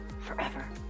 forever